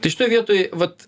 tai šitoj vietoj vat